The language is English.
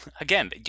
Again